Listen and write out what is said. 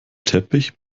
teppich